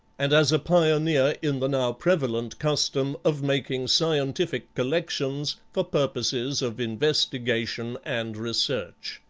and as a pioneer in the now prevalent custom of making scientific collections for purposes of investigation and research.